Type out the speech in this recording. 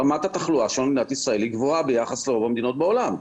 רמת התחלואה של מדינת ישראל היא גבוהה ביחס לרוב המדינות בעולם.